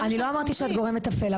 אני לא אמרתי שאת גורם מתפעל,